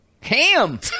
ham